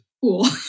cool